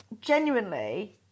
genuinely